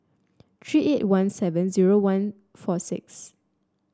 three eight one seven zero one four six